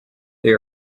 they